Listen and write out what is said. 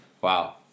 wow